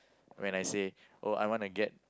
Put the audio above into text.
when I say oh I wanna get